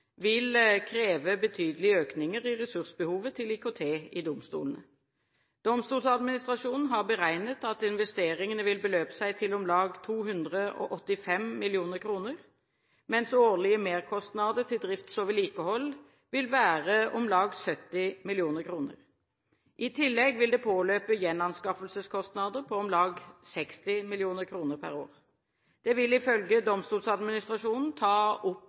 vil kreve betydelige økninger i ressursbehovet til IKT i domstolene. Domstoladministrasjonen har beregnet at investeringene vil beløpe seg til om lag 285 mill. kr, mens årlige merkostnader til drift og vedlikehold vil være om lag 70 mill. kr. I tillegg vil det påløpe gjenanskaffelseskostnader på om lag 60 mill. kr per år. Det vil ifølge Domstoladministrasjonen ta opp